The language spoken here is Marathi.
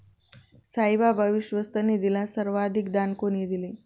साईबाबा विश्वस्त निधीला सर्वाधिक दान कोणी दिले?